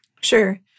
Sure